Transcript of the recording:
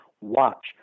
Watch